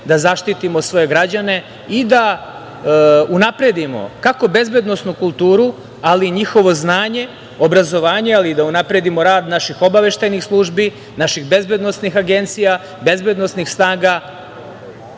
da zaštitimo svoje građane i da unapredimo kako bezbednosnu kulturu, ali i njihovo znanje, obrazovanje, ali da unapredimo i rad naših obaveštajnih službi, naših bezbednosnih agencija, bezbednosnih snaga